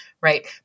Right